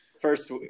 first